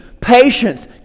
patience